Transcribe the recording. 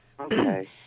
okay